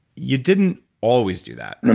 you didn't always do that,